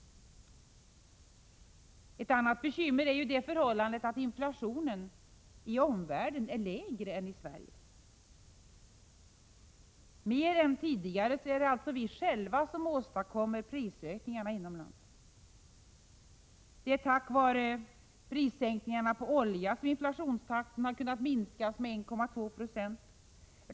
Ett annat bekymmer är det förhållandet att inflationen i omvärlden är lägre än i Sverige. Mer än tidigare är det alltså vi själva som åstadkommer prisökningarna inom landet. Det är tack vare prissänkningarna på olja som inflationstakten har kunnat minskas med 1,2 20.